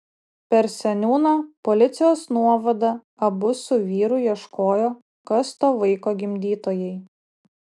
per seniūną policijos nuovadą abu su vyru ieškojo kas to vaiko gimdytojai